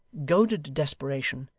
goaded to desperation,